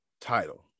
title